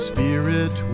Spirit